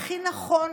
הכי נכון,